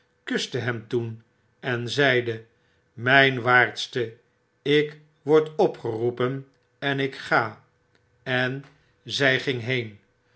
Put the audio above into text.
kuste hem toen en zeide myn waardste ik word opgeroepen en ik ga en zy ging heen